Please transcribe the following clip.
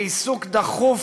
לעיסוק דחוף